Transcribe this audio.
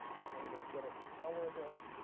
wasn't able to get it an hour ago.